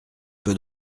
peut